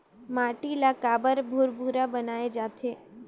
माटी ला काबर भुरभुरा बनाय जाथे?